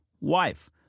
wife